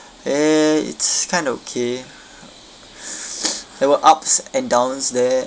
eh it's kind of okay there were ups and downs there